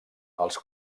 els